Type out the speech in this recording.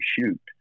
shoot